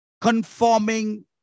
conforming